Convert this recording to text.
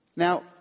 Now